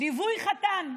ליווי חתן,